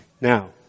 Now